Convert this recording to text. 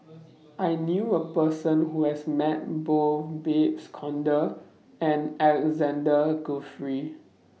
I knew A Person Who has Met Both Babes Conde and Alexander Guthrie